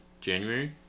January